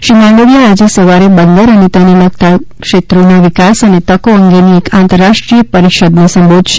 શ્રી માંડવિયા આજે સવારે બંદર અને તેને લગતા ક્ષેત્રોના વિકાસ અને તકો અંગેની એક આંતરરાષ્ટ્રીય પરિષદને સંબોધશે